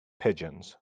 pigeons